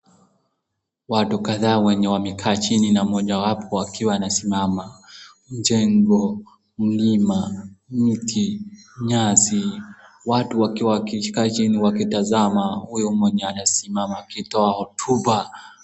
Watu kadhaa wenye wamekaa chini na mojawapo akiwa anasimama. Mjengo, mlima, miti, nyasi, watu wakiwa wakikaa chini wakitazama huyu mwenye anasimama akitoa hotuba.